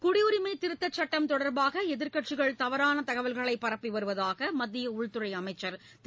குடியுரிமை திருத்தச் சட்டம் தொடர்பாக எதிர்க்கட்சிகள் தவறான தகவல்களை பரப்பி வருவதாக மத்திய உள்துறை அமைச்சர் திரு